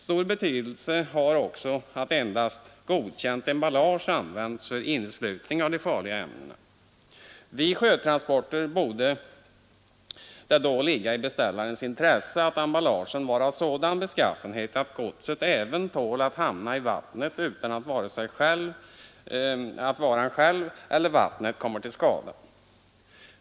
Stor betydelse har också att endast godkänt emballage används för inneslutning av de farliga ämnena. Vid sjötransporter borde det då ligga i beställarens intresse att emballaget är av sådan beskaffenhet att godset även tål att hamna i vattnet utan att varan själv eller vattnet kommer till skada.